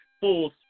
full